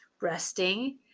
resting